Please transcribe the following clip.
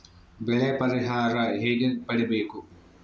ಬೆಳೆ ಪರಿಹಾರ ಹೇಗೆ ಪಡಿಬೇಕು?